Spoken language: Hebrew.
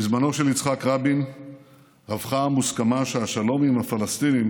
בזמנו של יצחק רבין הפכה המוסכמה שהשלום עם הפלסטינים